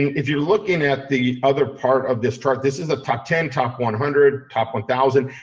if you're looking at the other part of this chart, this is the top ten, top one hundred, top one thousand,